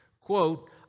Quote